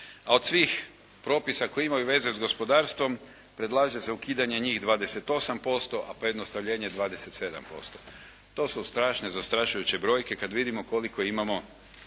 a od svih propisa koji imaju veze sa gospodarstvom predlaže se ukidanje njih 28% a pojednostavljenje 27%. To su strašne, zastrašujuće brojke, kada vidimo koliko imamo